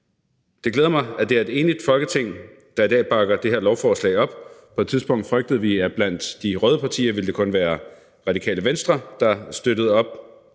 Det glæder mig, at det er et enigt Folketing, der i dag bakker det her lovforslag op. På et tidspunkt frygtede vi, at det blandt de røde partier kun ville være Radikale Venstre, der støttede op,